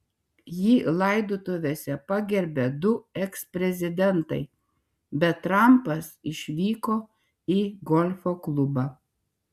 jį laidotuvėse pagerbė du eksprezidentai bet trampas išvyko į golfo klubą